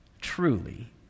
truly